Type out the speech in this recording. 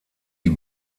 die